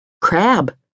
Crab